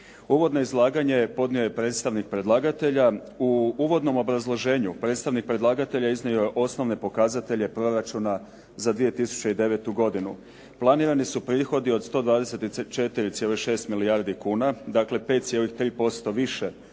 Uvodno izlaganje podnio je predstavnik predlagatelja. U uvodnom obrazloženju predstavnik predlagatelja iznio je osnovne pokazatelje proračuna za 2009. godinu. Planirani su prihodi od 124,6 milijardi kuna, dakle 5,3% više